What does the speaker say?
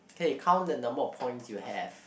K count the number of points you have